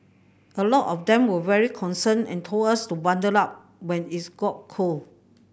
a lot of them were very concerned and told us to bundle up when it got cold